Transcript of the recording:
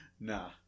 Nah